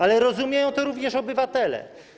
Ale rozumieją to również obywatele.